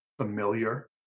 familiar